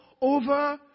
over